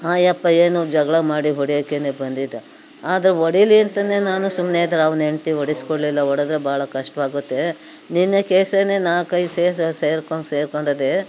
ಆ ಅಪ್ಪಾ ಏನು ಜಗಳ ಮಾಡಿ ಹೊಡಿಯೋಕೇನೇ ಬಂದಿದ್ದ ಆದರೆ ಒಡಿಲಿ ಅಂತಲೇ ನಾನು ಸುಮ್ಮನೆ ಇದ್ದರೆ ಅವ್ನ ಹೆಂಡ್ತಿ ಒಡಿಸ್ಕೊಳ್ಳಿಲ್ಲ ಒಡೆದ್ರೆ ಭಾಳ ಕಷ್ಟವಾಗುತ್ತೆ ನಿನ್ನೆ ಕೇಸೇನೇ ನಾಲ್ಕೈದು ಸೇಸ್ ಸೇರ್ಕೊಂಡು ಸೇರ್ಕೊಂಡಿದೆ